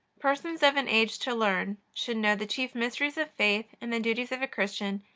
persons of an age to learn should know the chief mysteries of faith and the duties of a christian,